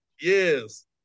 Yes